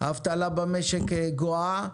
האבטלה במשק גואה,